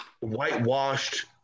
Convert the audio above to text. whitewashed